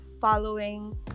following